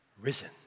risen